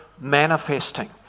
manifesting